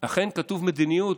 אכן, כתוב "מדיניות".